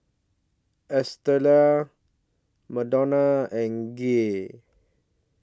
Estella Madonna and Gia